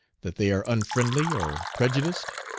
that they are unfriendly or prejudiced?